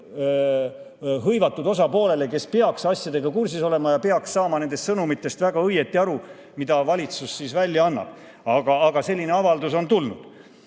[seotud] osapooleni, kes peaks asjadega kursis olema ja peaks saama nendest sõnumitest väga õigesti aru, mida valitsus välja annab. Aga selline avaldus on tulnud.